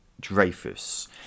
Dreyfus